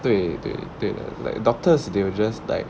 对对对了 like doctors they will just like